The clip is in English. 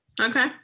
Okay